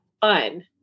fun